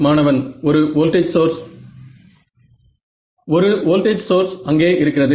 மாணவன் ஒரு voltage source ஒரு வோல்டேஜ் சோர்ஸ் அங்கே இருக்கிறது